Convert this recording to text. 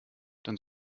dann